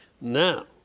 Now